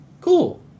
Cool